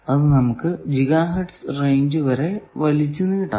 അത് നമുക്ക് gigahertz വരെ വർദ്ധിപ്പിക്കാം